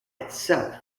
itself